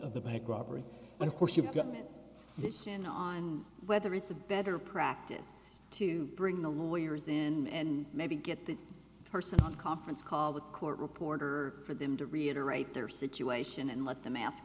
of the bank robbery but of course you've got mitts on whether it's a better practice to bring the lawyers in maybe get the person conference call the court reporter for them to reiterate their situation and let them ask